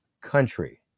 country